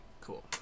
Cool